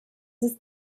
ist